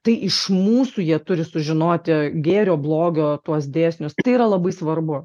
tai iš mūsų jie turi sužinoti gėrio blogio tuos dėsnius tai yra labai svarbu